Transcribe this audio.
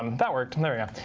um that worked. there yeah